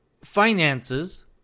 finances